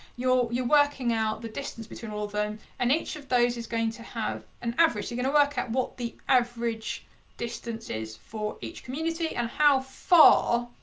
you're you're working out the distance between all of them and each of those is going to have an average. you're gonna work out what the average distance is for each community and how far,